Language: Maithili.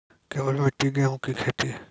केवल मिट्टी गेहूँ की खेती?